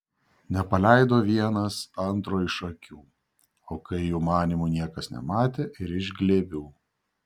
nepaleido vienas antro iš akių o kai jų manymu niekas nematė ir iš glėbių